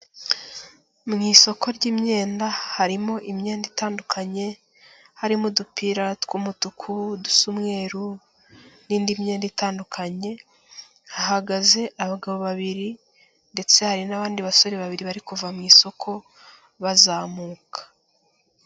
Mu isoko ry'imyenda harimo imyenda itandukanye, harimo udupira tw'umutuku, udusa umweru n'indi myenda itandukanye, hahagaze abagabo babiri ndetse hari n'abandi basore babiri bari kuva mu isoko bazamuka.